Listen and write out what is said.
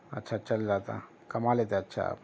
اچھا چل جاتا کما لیتے اچھا آپ